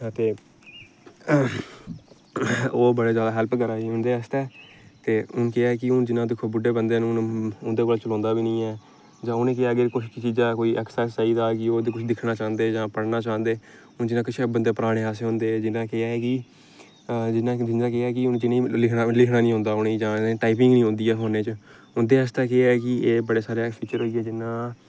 ते ओह् बड़ा जादा हैल्प करा दी उं'दे आस्तै ते हून केह् ऐ कि हून जियां दिक्खो बुड्ढे बंदे न हून उं'दे कोला चलोंदा बी निं ऐ जां उ'नेंगी कोई चीजें दी ऐक्सरसाइज चाहिदा कि ओह्दे च कुछ दिक्खना चांह्दे जां पढ़ना चांह्दे हून जियां कुछ बंदे पराने ऐसे होंदे जियां केह् ऐ कि जियां केह् ऐ कि हून जि'नेंगी लिखना निं औंदा उनेंगी जां टाइपिंग निं औंदी ऐ फोनै च उं'दे आस्ते केह् ऐ कि एह् बड़े सारे फीचर होई गे जियां